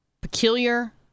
peculiar